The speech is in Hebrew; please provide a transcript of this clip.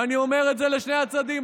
ואני אומר את זה לשני הצדדים,